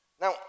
Now